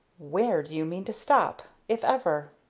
where do you mean to stop if ever?